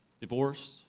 divorced